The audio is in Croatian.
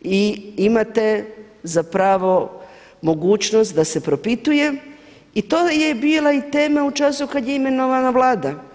i imate za pravo mogućnost da se propituje i to je bila i tema u času kad je imenovana Vlada.